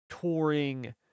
touring